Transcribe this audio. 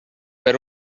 per